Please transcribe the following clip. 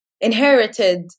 inherited